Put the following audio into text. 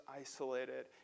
isolated